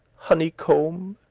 honeycomb,